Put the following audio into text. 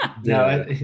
no